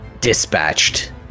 dispatched